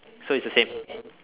so it's the same